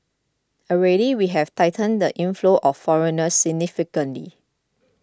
already we have tightened the inflows of foreigners significantly